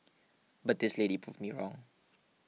but this lady proved me wrong